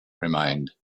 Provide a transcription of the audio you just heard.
remained